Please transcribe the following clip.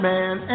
Man